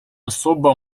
особа